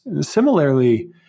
Similarly